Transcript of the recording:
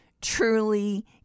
truly